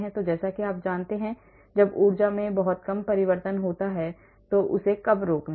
आप कैसे जानते हैं कि जब ऊर्जा में बहुत कम परिवर्तन होता है तो उसे कब रोकना है